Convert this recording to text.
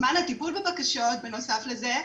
זמן הטיפול בבקשות, בנוסף לזה,